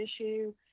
issue